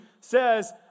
says